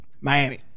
Miami